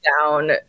down